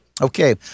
Okay